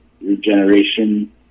regeneration